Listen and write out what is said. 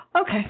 okay